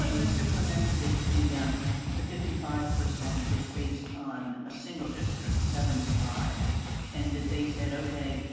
um mr. clement, that the um the fifty five percent was based on a single district, seventy five and that they said, okay,